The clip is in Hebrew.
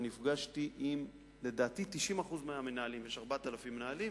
ונפגשתי לדעתי עם 90% מהמנהלים יש 4,000 מנהלים,